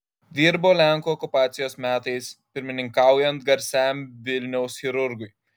dirbo lenkų okupacijos metais pirmininkaujant garsiam vilniaus chirurgui